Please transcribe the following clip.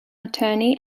attorney